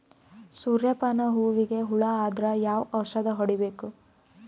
ಸೂರ್ಯ ಪಾನ ಹೂವಿಗೆ ಹುಳ ಆದ್ರ ಯಾವ ಔಷದ ಹೊಡಿಬೇಕು?